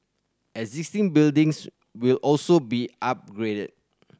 existing buildings will also be upgraded